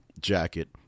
jacket